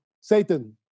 Satan